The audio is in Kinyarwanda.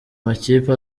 makipe